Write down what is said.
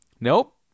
Nope